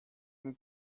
dem